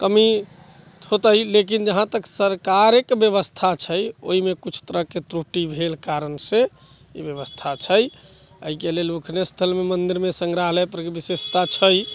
कमी होतै लेकिन जहाँ तक सरकारे के ब्यबस्था छै ओहिमे कुछ तरहके त्रुटि भेल कारणसे ई ब्यबस्था छै एहि के लेल ओकरे स्थल मे मन्दिर मे संग्रहालय पर विशेषता छै